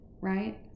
right